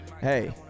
Hey